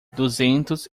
duzentos